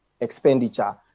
expenditure